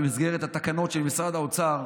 במסגרת התקנות של משרד האוצר,